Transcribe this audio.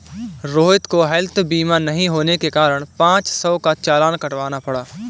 रोहित को हैल्थ बीमा नहीं होने के कारण पाँच सौ का चालान कटवाना पड़ा